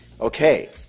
Okay